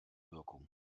wirkung